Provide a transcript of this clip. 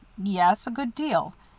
yes, a good deal.